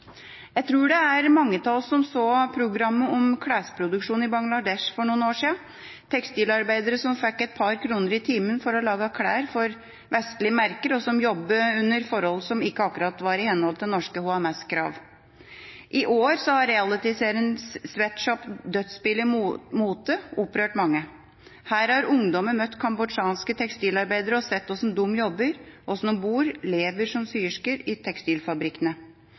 Jeg tror det er mange av oss som så programmet om klesproduksjon i Bangladesh for noen år siden, om tekstilarbeiderne som fikk et par kroner i timen for å lage klær for vestlige merker, og som jobbet under forhold som ikke akkurat var i henhold til norske HMS-krav. I år har realityserien Sweatshop – dødsbillig mote opprørt mange. Her har ungdommer møtt kambodsjanske tekstilarbeidere og sett hvordan de jobber, bor og lever som syersker i tekstilfabrikkene.